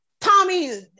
Tommy